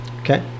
Okay